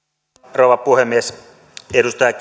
rouva puhemies edustaja